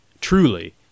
TRULY